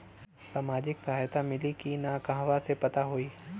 सामाजिक सहायता मिली कि ना कहवा से पता होयी?